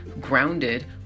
grounded